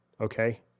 okay